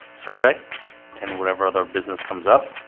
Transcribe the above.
survey and whatever other business comes up